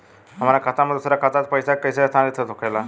हमार खाता में दूसर खाता से पइसा कइसे स्थानांतरित होखे ला?